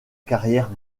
carrière